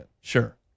Sure